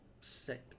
sick